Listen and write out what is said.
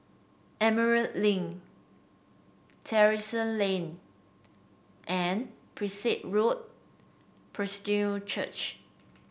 Emerald Link Terrasse Lane and Prinsep Road Presbyterian Church